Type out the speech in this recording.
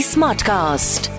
Smartcast